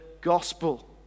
gospel